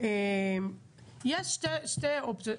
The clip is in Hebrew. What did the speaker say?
שתי אופציות,